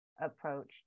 approach